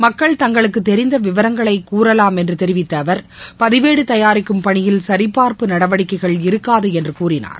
மக்கள் தங்களுக்கு தெரிந்த விவரங்களை கூறலாம் என்று தெரிவித்த அவர் பதிவேடு தயாரிக்கும் பணியில் சரிபார்ப்பு நடவடிக்கைகள் இருக்காது என்று கூறினார்